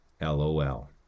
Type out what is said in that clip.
LOL